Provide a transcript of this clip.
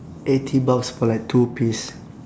eighty bucks for like two piece